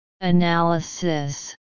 Analysis